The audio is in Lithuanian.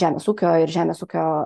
šiam ūkio ir žemės ūkio